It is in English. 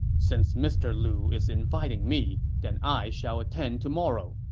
since mr. lu is inviting me, then i shall attend tomorrow.